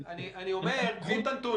אני אומר קחו את הנתונים,